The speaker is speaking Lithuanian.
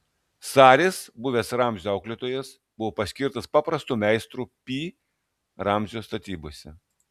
saris buvęs ramzio auklėtojas buvo paskirtas paprastu meistru pi ramzio statybose